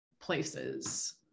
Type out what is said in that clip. places